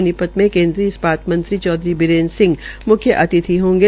सोनीपत के केनद्रीय इस्पात मंत्री चौधरी बीरेन्द्र सिंह मुख्य अतिथि होंगे